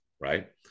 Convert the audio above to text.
right